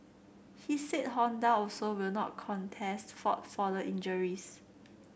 he said Honda also will not contest fault for the injuries